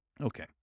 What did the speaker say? Okay